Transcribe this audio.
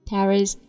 Paris